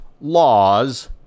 laws